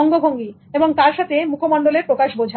অঙ্গভঙ্গি এবং তার সাথে মুখমন্ডলের প্রকাশ বোঝায়